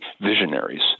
visionaries